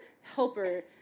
helper